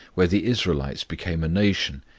where the israelites became a nation,